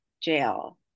jail